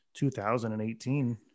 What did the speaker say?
2018